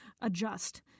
adjust